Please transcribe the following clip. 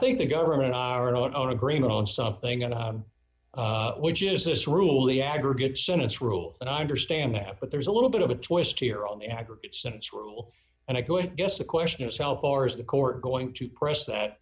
think the government are out on agreement on something going to which is this rule the aggregate sentence rule and i understand that but there's a little bit of a twist here on the aggregate sense rule and i guess the question is how far is the court going to press that